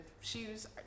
shoes